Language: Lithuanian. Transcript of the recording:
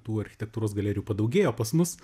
tų architektūros galerijų padaugėjo pas mus